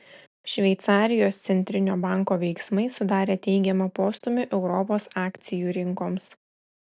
šveicarijos centrinio banko veiksmai sudarė teigiamą postūmį europos akcijų rinkoms